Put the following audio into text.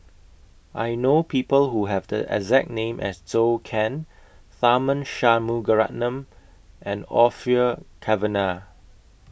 I know People Who Have The exact name as Zhou Can Tharman Shanmugaratnam and Orfeur Cavenagh